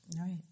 right